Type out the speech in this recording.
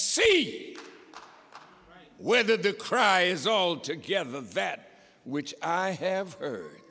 see whether the cries all together the vet which i have heard